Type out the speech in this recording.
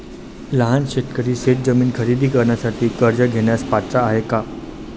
लहान शेतकरी शेतजमीन खरेदी करण्यासाठी कर्ज घेण्यास पात्र आहेत का?